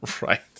Right